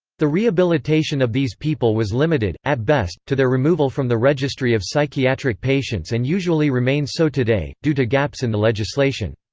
the rehabilitation of these people was limited, at best, to their removal from the registry of psychiatric patients and usually remains so today, due to gaps in the legislation.